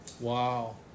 Wow